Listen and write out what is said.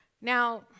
Now